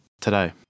today